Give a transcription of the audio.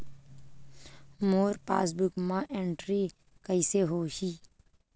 मोर passbook मा entry कइसे होही?